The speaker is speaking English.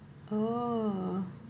oo